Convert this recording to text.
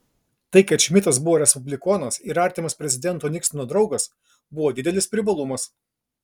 tai kad šmidtas buvo respublikonas ir artimas prezidento niksono draugas buvo didelis privalumas